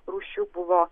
rūšių buvo